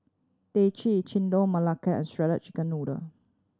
teh Chendol Melaka and shredded chicken noodle